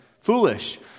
foolish